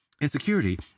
Insecurity